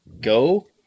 go